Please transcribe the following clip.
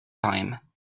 time